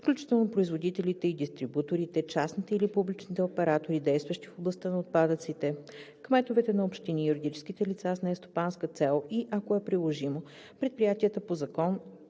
включително производителите и дистрибуторите, частните или публичните оператори, действащи в областта на отпадъците, кметовете на общини, юридическите лица с нестопанска цел и, ако е приложимо, предприятията по Закона